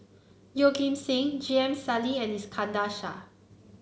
Yeoh Ghim Seng J M Sali and Iskandar Shah